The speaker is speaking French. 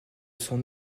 son